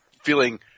feeling